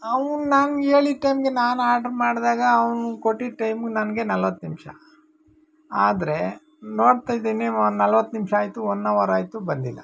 ಅವನ್ ನಂಗೆ ಹೇಳಿದ್ ಟೈಮ್ಗೆ ನಾನು ಆರ್ಡ್ರ ಮಾಡಿದಾಗ ಅವನು ಕೊಟ್ಟಿದ್ದ ಟೈಮು ನನಗೆ ನಲ್ವತ್ತು ನಿಮಿಷ ಆದರೆ ನೋಡ್ತಾ ಇದ್ದೀನಿ ನಲ್ವತ್ತು ನಿಮಿಷ ಆಯಿತು ಒನ್ ಅವರ್ ಆಯಿತು ಬಂದಿಲ್ಲ